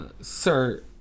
sir